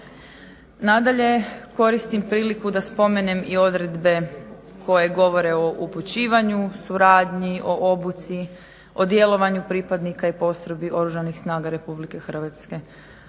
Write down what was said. Nadalje, koristim priliku da spomenem i odredbe koje govore o upućivanju suradnji, o obuci, o djelovanju pripadnika i postrojbi Oružanih snaga RH. One su